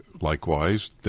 likewise